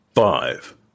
five